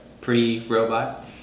Pre-robot